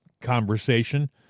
conversation